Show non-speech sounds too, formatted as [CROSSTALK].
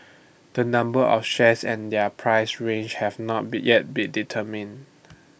the number of shares and their price range have not be yet been determined [NOISE]